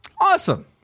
Awesome